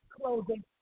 clothing